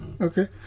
Okay